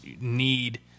need